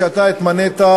אתה התמנית,